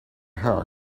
hair